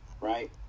right